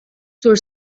zur